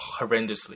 horrendously